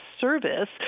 service